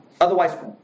otherwise